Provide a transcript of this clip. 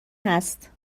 هست